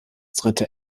dritte